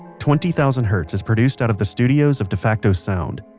twenty thousand hertz is produced out of the studios of defacto sound,